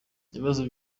ibibazo